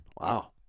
Wow